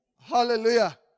Hallelujah